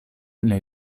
nei